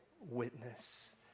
witness